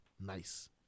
nice